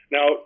Now